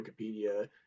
Wikipedia